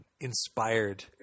inspired